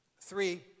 three